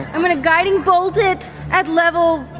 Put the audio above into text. i'm going to guiding bolt it at level